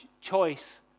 choice